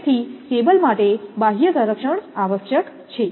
તેથી તેથી કેબલ માટે બાહ્ય સંરક્ષણ આવશ્યક છે